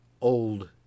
old